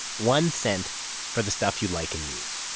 one cent for the stuff you like and use?